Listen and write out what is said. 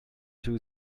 two